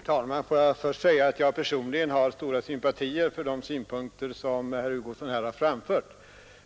Herr talman! Får jag först säga att jag personligen har stora sympatier för de synpunkter som herr Hugosson här framfört.